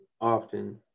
often